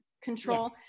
control